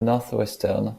northwestern